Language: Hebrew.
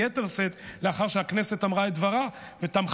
ביתר שאת לאחר שהכנסת אמרה את דברה ותמכה